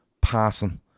passing